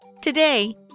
Today